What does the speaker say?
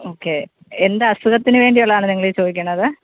okay എന്ത് അസുഖത്തിന് വേണ്ടിയുള്ളതാണ് നിങ്ങളീ ചോദിക്കണത്